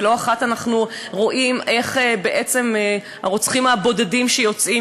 ולא אחת אנחנו רואים איך בעצם הרוצחים הבודדים שיוצאים,